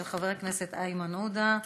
של חבר הכנסת איימן עודה.